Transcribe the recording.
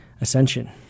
Ascension